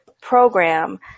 program